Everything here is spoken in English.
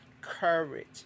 courage